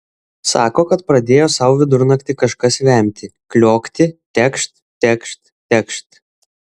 sako kad pradėjo sau vidurnaktį kažkas vemti kliokti tekšt tekšt tekšt